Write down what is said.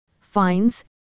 fines